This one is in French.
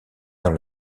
dans